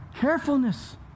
carefulness